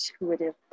intuitive